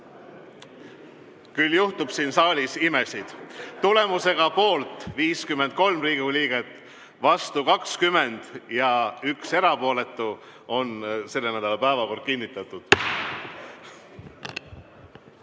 Küll juhtub siin saalis imesid! Tulemusega poolt 53 Riigikogu liiget, vastu 20 ja 1 erapooletu on selle nädala päevakord kinnitatud.